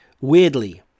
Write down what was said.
weirdly